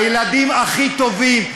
הילדים הכי טובים,